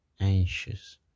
anxious